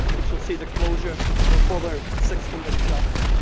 which will see the closure of a further six hundred shops.